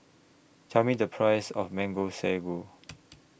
Tell Me The Price of Mango Sago